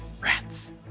Rats